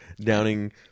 downing